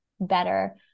better